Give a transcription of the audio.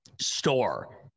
store